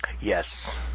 Yes